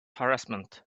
harassment